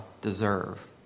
deserve